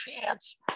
chance